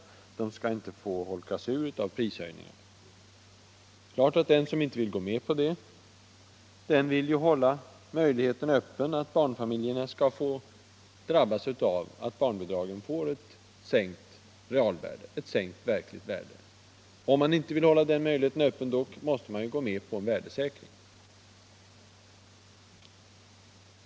De skall inte holkas ur av prishöjningarna. Det är klart att den som inte vill gå med på det vill hålla möjligheten öppen att barnfamiljerna skall kunna drabbas av att barnbidragen får ett sänkt verkligt värde. Om man inte vill hålla den möjligheten öppen, kan man ju gå med på en värdesäkring.